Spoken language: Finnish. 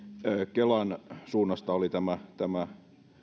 kelan suunnasta oli tämä tämä